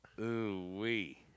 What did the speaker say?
Ooh-wee